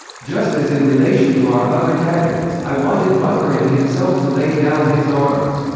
just as in relation to our other cadres, i wanted bukharin himself to lay down his arms.